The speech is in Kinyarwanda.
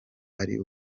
ari